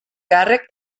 càrrec